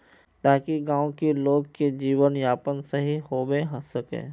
ताकि गाँव की लोग के जीवन यापन सही होबे सके?